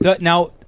Now